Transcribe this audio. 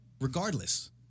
regardless